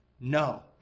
No